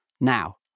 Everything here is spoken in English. Now